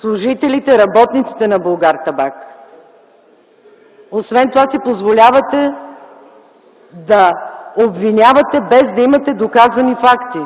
служителите, работниците на „Булгартабак”. Освен това си позволявате да обвинявате, без да имате доказани факти,